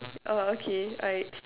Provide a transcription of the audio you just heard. oh okay alright